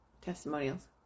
testimonials